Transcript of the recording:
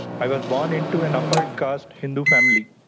i was born into an upper caste hindu family.